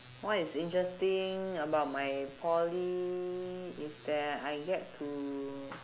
what is interesting about my poly is that I get to